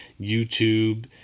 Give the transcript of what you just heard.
YouTube